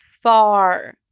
far